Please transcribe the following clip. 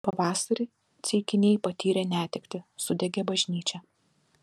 pavasarį ceikiniai patyrė netektį sudegė bažnyčia